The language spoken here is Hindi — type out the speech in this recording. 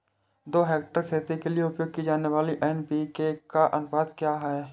दो हेक्टेयर खेती के लिए उपयोग की जाने वाली एन.पी.के का अनुपात क्या है?